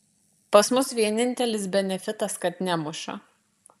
pas mus vienintelis benefitas kad nemuša